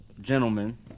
gentlemen